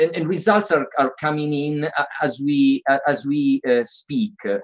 and results are are coming in as we as we speak,